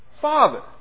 father